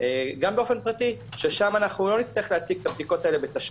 גם באופן פרטי שם אנחנו לא נצטרך להציג את הבדיקות האלה בתשלום.